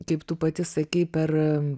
kaip tu pati sakei per